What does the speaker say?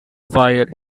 fire